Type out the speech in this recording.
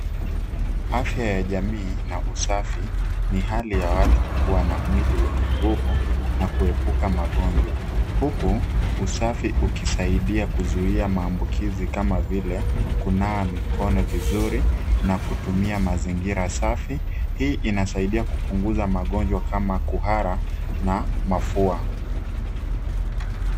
Afya ya jamii na usafi ni hali ya watu kuwa na mwili wenye nguvu na kuepuka magonjwa. Huku usafi ukisaidia kuzuia maambukizi kama vile kunawa mikono vizuri na kutumia mazingira safi. Hii inasaidia kupunguza magonjwa kama kuhara na mafua.